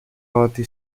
party